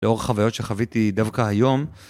לאור חוויות שחוויתי דווקא היום.